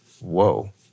Whoa